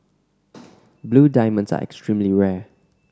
blue diamonds are extremely rare